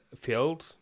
field